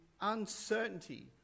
uncertainty